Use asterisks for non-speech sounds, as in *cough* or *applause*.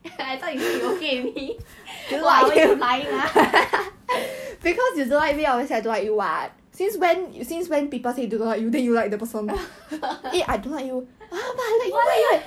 I thought you say you okay with me !wah! why you lying ah *laughs*